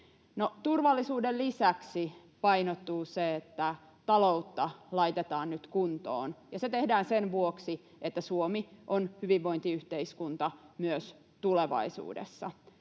turvallisuuden lisäksi painottuu se, että taloutta laitetaan nyt kuntoon. Se tehdään sen vuoksi, että Suomi on hyvinvointiyhteiskunta myös tulevaisuudessa,